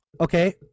Okay